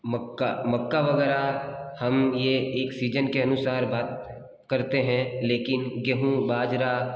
मक्का मक्का वगैरह हम ये एक सीजन के अनुसार बात करते हैं लेकिन गेहूँ बाजरा